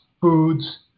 foods